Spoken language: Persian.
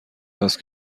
است